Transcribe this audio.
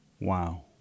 Wow